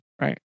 right